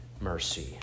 mercy